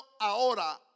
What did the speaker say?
ahora